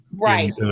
Right